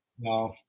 No